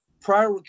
prior